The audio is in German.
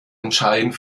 entscheidend